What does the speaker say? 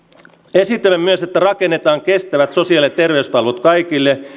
esitämme myös että rakennetaan kestävät sosiaali ja terveyspalvelut kaikille